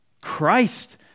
Christ